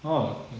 oh